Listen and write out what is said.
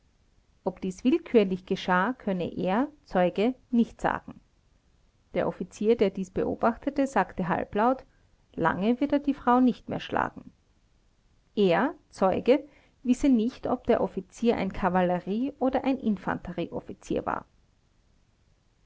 ob dies willkürlich geschah könne er zeuge nicht sagen der offizier der dies beobachtete sagte halblaut lange wird er die frau nicht mehr schlagen er zeuge wisse nicht ob der offizier ein kavallerie oder ein infanterieoffizier war